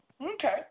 Okay